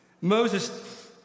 Moses